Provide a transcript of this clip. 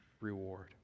reward